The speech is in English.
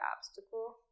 obstacle